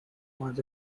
was